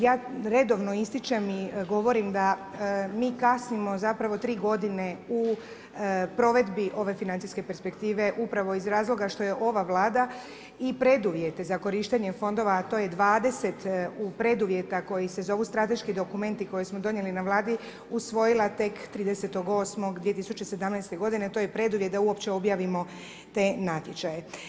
Ja redovno ističem i govorim da mi kasnimo zapravo 3 godine u provedbi ove financijske perspektive upravo iz razloga što je ova Vlada i preduvjete za korištenje fondova a to je 20 preduvjeta koji se zovu strateški dokumenti koje smo donijeli na Vladi usvojila tek 30.08.2017. godine, to je i preduvjet da uopće objavimo te natječaje.